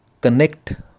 connect